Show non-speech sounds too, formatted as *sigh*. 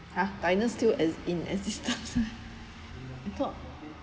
ha diners too as in existence *laughs* before